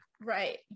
Right